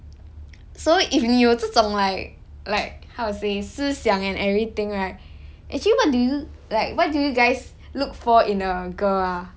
so if 你有这种 like like how to say 思想 and everything right actually what do you like what do you guys look for in a girl ah